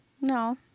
No